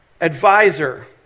Advisor